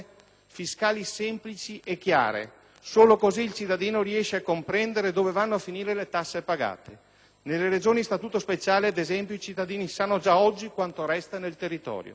fiscali semplici e chiare. Solo così il cittadino riesce a comprendere dove vanno a finire le tasse pagate. Nelle Regioni a Statuto speciale, ad esempio, i cittadini sanno già oggi quanto resta nel territorio.